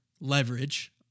leverage